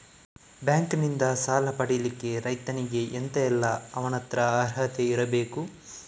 Bank ನಿಂದ ಸಾಲ ಪಡಿಲಿಕ್ಕೆ ರೈತನಿಗೆ ಎಂತ ಎಲ್ಲಾ ಅವನತ್ರ ಅರ್ಹತೆ ಬೇಕು?